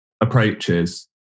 approaches